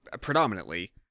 predominantly